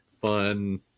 fun